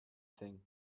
thing